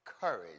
courage